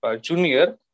junior